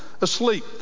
asleep